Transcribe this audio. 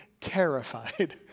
Terrified